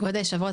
כבוד היושב ראש,